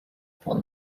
upon